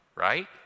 Right